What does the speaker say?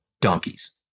donkeys